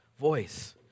voice